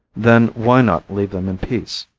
then why not leave them in peace?